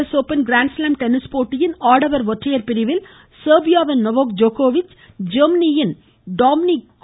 S open grand slam tennis நியூயார்க்கில் போட்டியின் ஆடவர் ஒற்றையர் பிரிவில் செர்பியாவின் நொவோக் ஜோகோவிச் ஜெர்மனியின் டாமினிக் கா